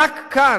רק כאן.